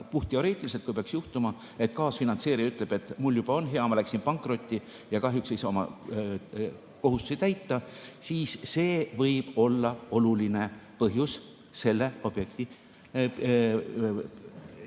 puhtteoreetiliselt, kui peaks nii juhtuma –, ütleb, et mul juba on hea, ma läksin pankrotti ja kahjuks ei saa kohustusi täita, siis see võib olla oluline põhjus selle objekti